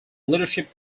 leadership